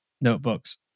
notebooks